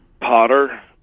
potter